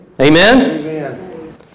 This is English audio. Amen